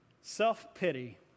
Self-pity